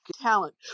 talent